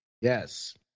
Yes